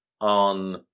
on